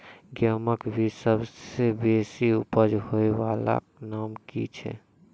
गेहूँमक बीज सबसे बेसी उपज होय वालाक नाम की छियै?